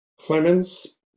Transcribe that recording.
clemens